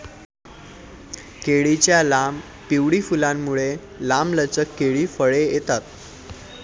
केळीच्या लांब, पिवळी फुलांमुळे, लांबलचक केळी फळे येतात